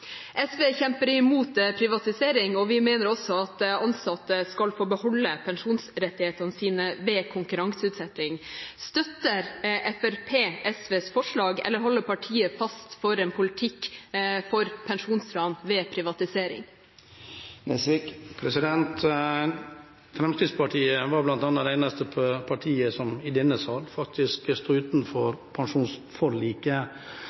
SV kjemper imot privatisering, og vi mener også at ansatte skal få beholde pensjonsrettighetene sine ved konkurranseutsetting. Støtter Fremskrittspartiet SVs forslag, eller holder partiet fast på en politikk for pensjonsran ved privatisering? Fremskrittspartiet var bl.a. det eneste partiet i denne salen som faktisk sto utenfor pensjonsforliket,